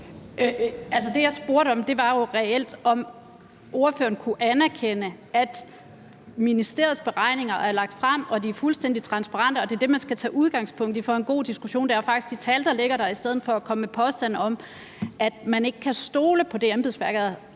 Det, jeg spurgte om, var reelt, om ordføreren kunne anerkende, at ministeriets beregninger er lagt frem, og at de er fuldstændig transparente, og at det, man skal tage udgangspunkt i for en god diskussion, faktisk er de tal, der ligger der, i stedet for at komme med påstande om, at man ikke kan stole på det, embedsværket